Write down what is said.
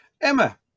Emma